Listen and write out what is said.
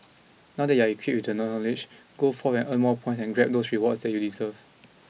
now that you're equipped with the knowledge go forth and earn more points and grab those rewards that you deserve